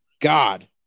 God